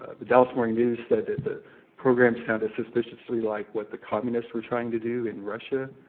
ah the dallas morning news said that the program sounded suspiciously like what the communists were trying to do in russia.